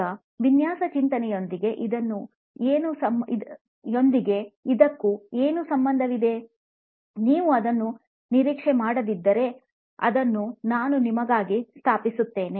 ಈಗ ವಿನ್ಯಾಸ ಚಿಂತನೆಯೊಂದಿಗೆ ಇದಕ್ಕೂ ಏನು ಸಂಬಂಧವಿದೆ ನೀವು ಅದನ್ನು ನಿರೀಕ್ಷೇ ಮಾಡದಿದ್ದರೆ ಅದನ್ನು ನಾನು ನಿಮಗಾಗಿ ಸ್ಥಾಪಿಸುತ್ತೇನೆ